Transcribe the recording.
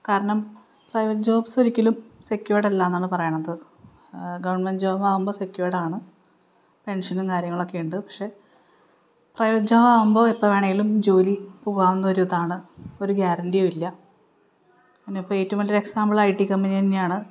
കാരണം private jobs ഒരിക്കലും സെക്യൂർഡല്ലയെന്നാണ് പറയണത് ഗവൺമെൻ്റ് ജോബ് ആവുമ്പോൾ സെക്യൂഡാണ് പെൻഷനും കാര്യങ്ങളൊക്കെ ഉണ്ട് പക്ഷെ പ്രൈവറ്റ് ജോബ് ആവുമ്പോൾ എപ്പോൾ വേണമെങ്കിലും ജോലി പോകാവുന്ന ഒരിതാണ് ഒരു ഗ്യാരൻ്റിയും ഇല്ല പിന്നെ ഇപ്പോൾ ഏറ്റവും വലിയൊരു എക്സാമ്പിൾ ഐ ടി കമ്പനി തന്നെയാണ്